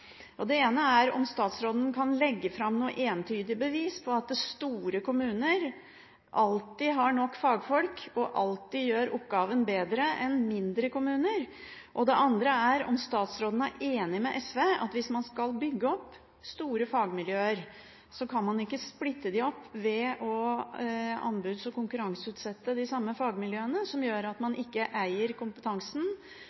fagfolk og alltid gjør oppgaven bedre enn mindre kommuner? Og: Er statsråden enig med SV i at hvis man skal bygge opp store fagmiljøer, kan man ikke splitte dem opp ved å anbuds- og konkurranseutsette de samme fagmiljøene? Det vil gjøre at man